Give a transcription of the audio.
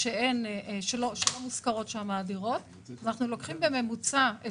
לא צריך להחיל את